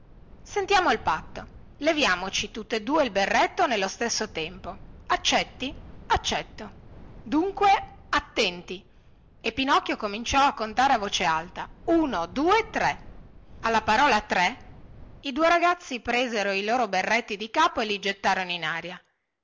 sentiamo il patto leviamoci tutte due il berretto nello stesso tempo accetti accetto dunque attenti e pinocchio cominciò a contare a voce alta uno due tre alla parola tre i due ragazzi presero i loro berretti di capo e li gettarono in aria